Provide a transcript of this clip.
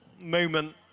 moment